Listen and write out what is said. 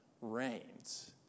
reigns